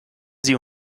sie